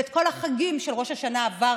ואת כל החגים של ראש השנה עברנו